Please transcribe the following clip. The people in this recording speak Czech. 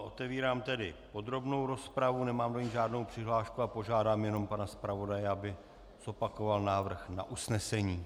Otevírám tedy podrobnou rozpravu, nemám do ní žádnou přihlášku a požádám jenom pana zpravodaje, aby zopakoval návrh na usnesení.